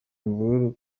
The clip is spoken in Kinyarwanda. imvururu